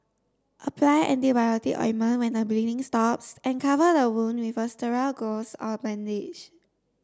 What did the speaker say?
apply antibiotic ointment when the bleeding stops and cover the wound with a sterile gauze or bandage